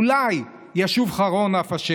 אולי ישוב חרון אף ה'.